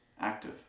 active